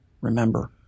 remember